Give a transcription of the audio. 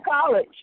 college